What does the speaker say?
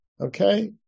Okay